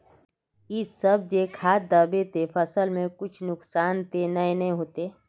इ सब जे खाद दबे ते फसल में कुछ नुकसान ते नय ने होते